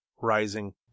rising